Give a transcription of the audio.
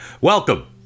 Welcome